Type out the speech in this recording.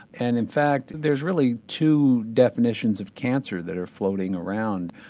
and in fact there's really two definitions of cancer that are floating around.